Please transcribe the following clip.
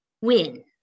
Win